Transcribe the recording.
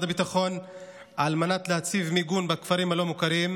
הביטחון על מנת להציב מיגון בכפרים הלא-מוכרים,